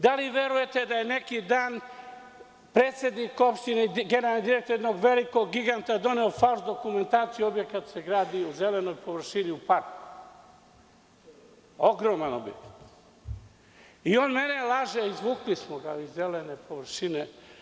Da li verujete da je neki dan predsednik opštine, generalni direktor jednog velikog giganta doneo falš dokumentaciju, objekat se gradi u zelenoj površini u parku, ogroman objekat i on mene laže, izvukli smo ga iz zelene površine.